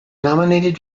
nominated